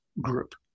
group